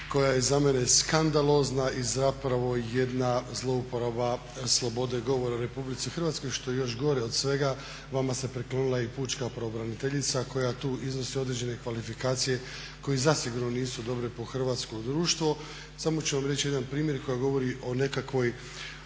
koja je za mene skandalozna i zapravo jedna zlouporaba slobode govora u Republici Hrvatskoj. Što je još gore od svega vama se priklonila i pučka pravobraniteljica koja tu iznosi određene kvalifikacije koje zasigurno nisu dobre po hrvatsko društvo. Samo ću vam reći jedan primjer koja govori o nekakvoj,